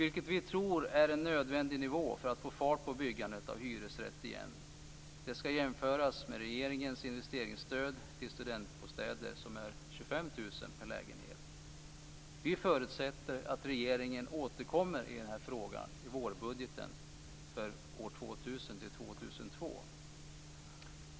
Det tror vi är en nödvändig nivå för att få fart på byggandet av hyresrätter igen. Det skall jämföras med regeringens investeringsstöd till studentbostäder som är 25 000 kr per lägenhet. Vi förutsätter att regeringen återkommer i den här frågan i vårbudgeten för år 2000-2002.